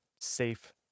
safe